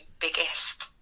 biggest